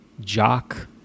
Jock